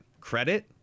credit